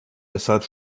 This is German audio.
deshalb